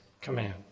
command